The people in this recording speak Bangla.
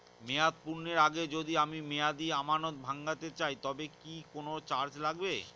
মেয়াদ পূর্ণের আগে যদি আমি মেয়াদি আমানত ভাঙাতে চাই তবে কি কোন চার্জ লাগবে?